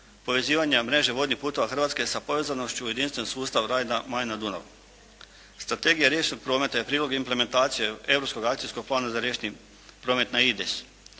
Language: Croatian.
povezivanja mreže vodnih putova Hrvatske sa povezanošću u jedinstveni sustav Rajna – Majna – Dunav. Strategija riječnog prometa je prilog implementacije europskog akcijskog plana za riječni promet NAIDES.